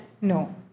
No